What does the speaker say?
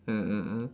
mm mm mm